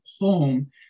home